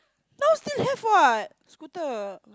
now still have what scooter